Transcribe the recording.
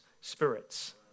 spirits